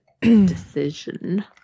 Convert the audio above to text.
Decision